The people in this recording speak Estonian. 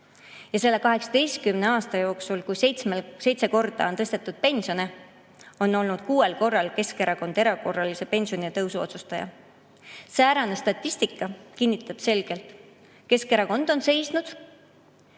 Selle 18 aasta jooksul, kui seitse korda on tõstetud pensione, on Keskerakond olnud kuuel korral erakorralise pensionitõusu otsustaja. Säärane statistika kinnitab selgelt: Keskerakond on seisnud